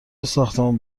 ساختمون